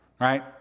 right